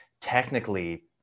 technically